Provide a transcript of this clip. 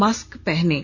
mask पहनें